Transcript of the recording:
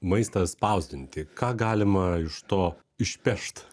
maistą spausdinti ką galima iš to išpešt